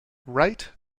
rate